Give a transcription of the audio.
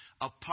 apart